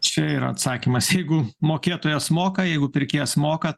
čia yra atsakymas jeigu mokėtojas moka jeigu pirkėjas moka